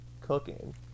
cooking